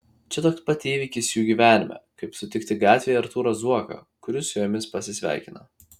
čia toks pat įvykis jų gyvenime kaip sutikti gatvėje artūrą zuoką kuris su jomis pasisveikina